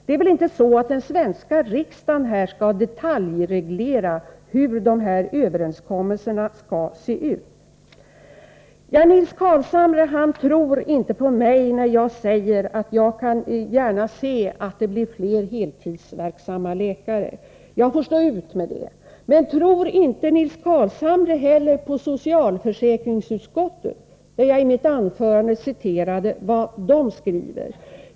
Det är väl inte den svenska riksdagen som skall detaljreglera hur dessa överenskommelser skall se ut. Nils Carlshamre tror inte på mig när jag säger att jag gärna ser att det blir fler heltidsverksamma läkare, och det får jag stå ut med. Men tror Nils Carlshamre inte heller på socialförsäkringsutskottet, som jag citerade i mitt anförande?